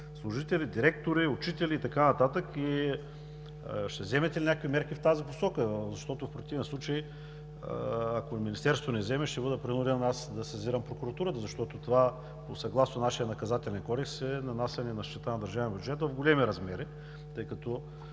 служители, директори, учители и така нататък? И ще вземете ли някакви мерки в тази посока, защото в противен случай, ако Министерството не вземе, ще бъда принуден аз да сезирам Прокуратурата, защото това, съгласно нашия Наказателен кодекс, е нанасяне щета на държавен бюджет в големи размери, тъй като